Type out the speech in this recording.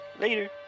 Later